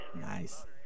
Nice